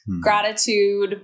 gratitude